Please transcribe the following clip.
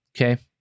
okay